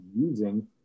using